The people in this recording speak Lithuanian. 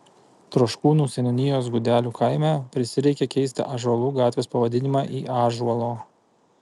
troškūnų seniūnijos gudelių kaime prisireikė keisti ąžuolų gatvės pavadinimą į ąžuolo